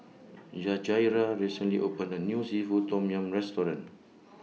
Yajaira recently opened A New Seafood Tom Yum Restaurant